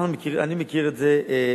אני מכיר את זה היטב.